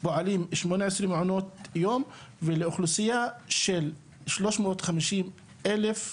פועלים 18 מעונות יום ולאוכלוסייה של 350 אלף,